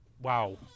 wow